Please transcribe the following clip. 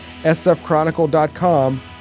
sfchronicle.com